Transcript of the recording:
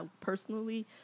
personally